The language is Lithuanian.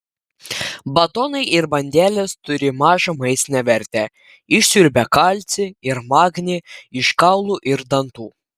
batonai ir bandelės turi mažą maistinę vertę išsiurbia kalcį ir magnį iš kaulų ir dantų